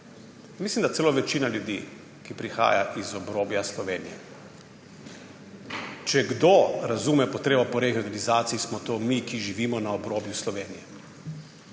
mislim, da celo v večini, ljudje, ki prihaja z obrobja Slovenije. Če kdo razume potrebo po regionalizaciji, smo to mi, ki živimo na obrobju Slovenije.